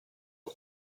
who